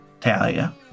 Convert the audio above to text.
Talia